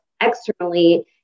externally